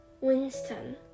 Winston